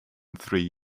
three